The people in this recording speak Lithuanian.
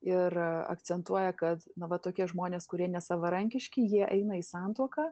ir akcentuoja kad na va tokie žmonės kurie nesavarankiški jie eina į santuoką